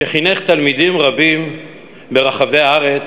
שחינך תלמידים רבים ברחבי הארץ,